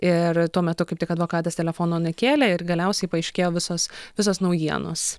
ir tuo metu kaip tik advokatas telefono nekėlė ir galiausiai paaiškėjo visos visos naujienos